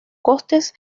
costes